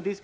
Det